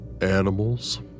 animals